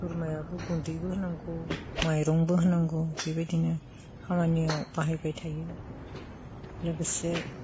बोरमायाबो गुन्दैबो होनांगौ माइरंबो होनांगौ बेबायदिनो खामानियाव बाहायबाय थायो लोगोसे